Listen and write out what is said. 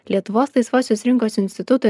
lietuvos laisvosios rinkos instituto